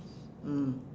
mm